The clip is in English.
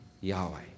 Yahweh